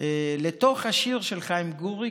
לתוך השיר של חיים גורי,